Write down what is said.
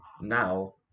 now